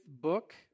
book